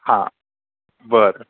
हा बरं